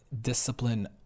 discipline